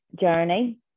journey